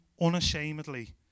unashamedly